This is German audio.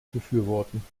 befürworten